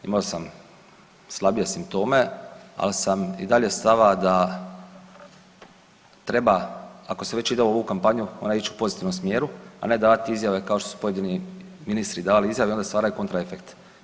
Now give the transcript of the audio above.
Imao sam slabije simptome, ali sam i dalje stava da treba ako se već ide u ovu kampanju mora ići u pozitivnom smjeru, a ne davati izjave kao što su pojedini ministri davali izjave onda stvaraju kontra efekt.